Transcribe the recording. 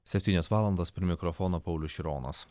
septynios valandos prie mikrofono paulius šironas